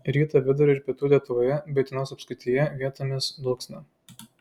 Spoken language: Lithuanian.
rytą vidurio ir pietų lietuvoje bei utenos apskrityje vietomis dulksna